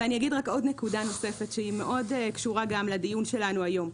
נקודה נוספת שקשורה לדיון שלנו היום,